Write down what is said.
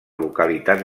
localitats